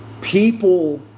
People